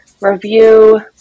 review